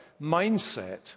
mindset